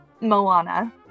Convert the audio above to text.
Moana